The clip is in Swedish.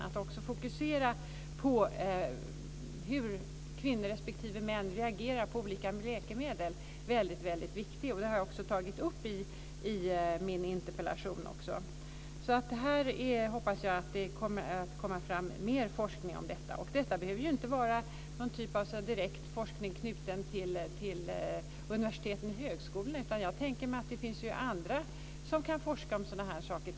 Att fokusera på hur kvinnor respektive män reagerar på olika läkemedel är därför väldigt viktigt. Det har jag också tagit upp i min interpellation. Jag hoppas att det kommer att komma fram mer forskning om detta. Och det behöver ju inte vara forskning som är direkt knuten till universiteten eller högskolorna, utan jag tänker mig att det finns andra som kan forska om sådana här saker.